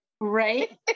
right